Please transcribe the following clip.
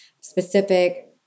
specific